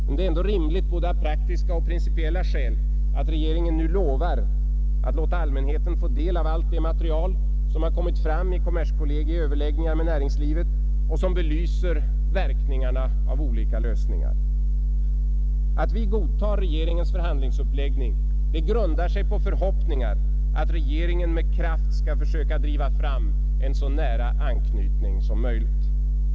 Men det är ändå rimligt av både praktiska och principiella skäl att regeringen lovar att låta allmänheten få del av allt det material, som kommit fram vid kommerskollegiets överläggningar med näringslivet och som belyser verkningarna av olika lösningar. Det förhållandet att vi godtar regeringens förhandlingsuppläggning grundar sig på förhoppningen att regeringen med kraft skall försöka driva fram en så nära anknytning som möjligt.